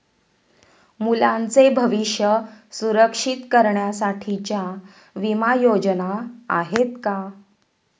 मुलांचे भविष्य सुरक्षित करण्यासाठीच्या विमा योजना आहेत का?